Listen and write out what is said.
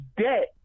debt